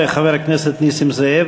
וחבר הכנסת נסים זאב,